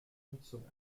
nutzung